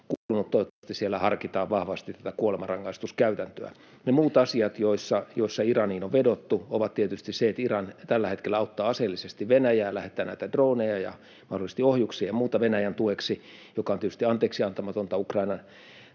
Toivottavasti siellä harkitaan vahvasti tätä kuolemanrangaistuskäytäntöä. Ne muut asiat, joissa Iraniin on vedottu, ovat tietysti se, että Iran tällä hetkellä auttaa aseellisesti Venäjää, lähettää näitä droneja ja mahdollisesti ohjuksia ja muuta Venäjän tueksi, mikä on tietysti anteeksiantamatonta Ukrainan